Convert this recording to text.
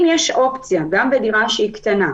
אם יש אופציה, גם בדירה שהיא קטנה,